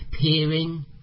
Peering